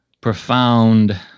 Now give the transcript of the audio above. profound